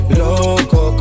loco